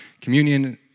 communion